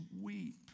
weep